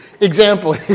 example